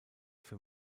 für